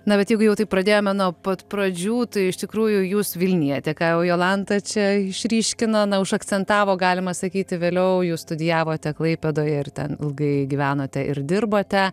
na bet jeigu jau taip pradėjome nuo pat pradžių tai iš tikrųjų jūs vilnietė ką jau jolanta čia išryškino na užakcentavo galima sakyti vėliau jūs studijavote klaipėdoje ir ten ilgai gyvenote ir dirbote